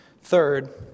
Third